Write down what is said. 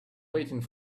waiting